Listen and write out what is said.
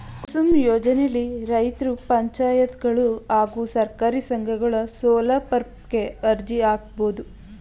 ಕುಸುಮ್ ಯೋಜ್ನೆಲಿ ರೈತ್ರು ಪಂಚಾಯತ್ಗಳು ಹಾಗೂ ಸಹಕಾರಿ ಸಂಘಗಳು ಸೋಲಾರ್ಪಂಪ್ ಗೆ ಅರ್ಜಿ ಹಾಕ್ಬೋದು